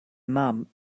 mam